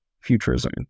futurism